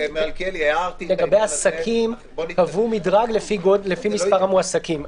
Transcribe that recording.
לגבי עסקים קבעו מדרג לפי מספר המועסקים.